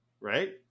right